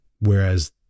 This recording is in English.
Whereas